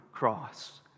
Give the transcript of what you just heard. cross